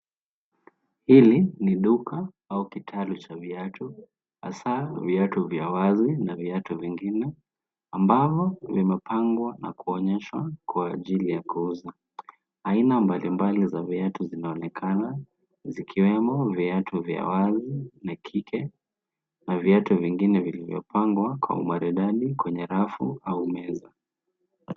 Hili ni duka au kitalu cha viatu hasa viatu vya wazi na viatu vingine ambavyo vimepangwa na kuonyeshwa kwa ajili ya kuuza. Aina mbalimbali za viatu zinaonekana zikiwemo viatu vya wazi na kike na viatu vingine vilivyopangwa kwa umaridadi kwenye rafu au meza.